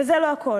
וזה לא הכול,